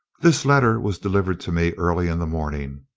this letter was delivered to me early in the morning.